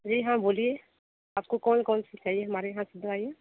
जी हाँ बोलिए आपको कौन कौन सी चाहिए हमारे यहाँ से दवाइयाँ